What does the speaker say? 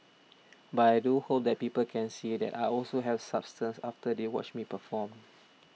but I do hope that people can see that I also have substance after they watch me perform